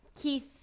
Keith